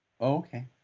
Okay